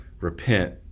repent